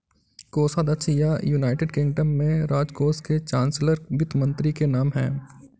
कोषाध्यक्ष या, United Kingdom में, राजकोष के चांसलर वित्त मंत्री के नाम है